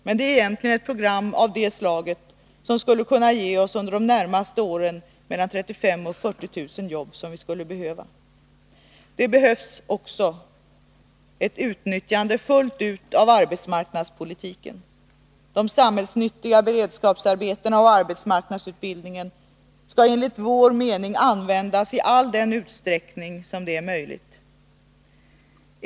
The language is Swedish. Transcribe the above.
Men det är ett program av det slaget som under de närmaste åren skulle kunna ge oss de 35 000-40 000 jobb som vi skulle behöva. Det behövs ett fullt utnyttjande av de arbetsmarknadspolitiska instrumenten. De samhällsnyttiga beredskapsarbetena och arbetsmarknadsutbildningen skall användas i all den utsträckning som är möjlig.